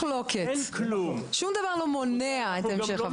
מעולה, אין מחלוקת, שום דבר לא מונע את ההמשך.